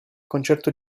concerto